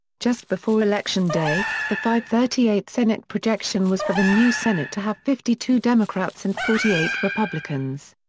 just before election day, the fivethirtyeight senate projection was for the new senate to have fifty two democrats and forty eight republicans.